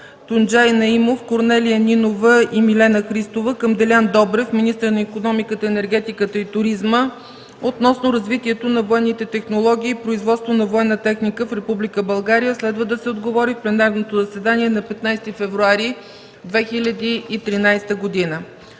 Тунджай Наимов, Корнелия Нинова и Милена Христова към Делян Добрев – министър на икономиката, енергетиката и туризма, относно развитието на военните технологии и производство на военна техника в Република България. Следва да се отговори в пленарното заседание на 15 февруари 2013 г.